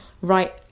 right